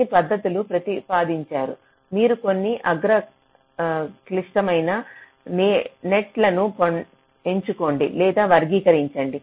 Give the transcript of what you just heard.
కొన్ని పద్ధతులు ప్రతిపాదించారు మీరు కొన్ని అగ్ర క్లిష్టమైన నెట్ లను ఎంచుకోండి లేదా వర్గీకరించండి